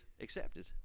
accepted